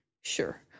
Sure